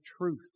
truth